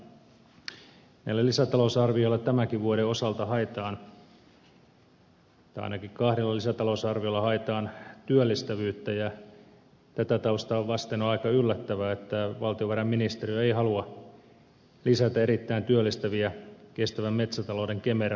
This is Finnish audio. näillä lisätalousarvioilla tämänkin vuoden osalta haetaan tai ainakin kahdella lisätalousarviolla haetaan työllistävyyttä ja tätä taustaa vasten on aika yllättävää että valtiovarainministeriö ei halua lisätä erittäin työllistäviä kestävän metsätalouden kemera varoja